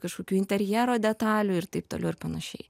kažkokių interjero detalių ir taip toliau ir panašiai